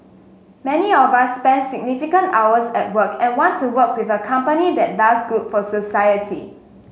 many of us spend significant hours at work and want to work with a company that does good for society